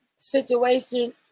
situation